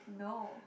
no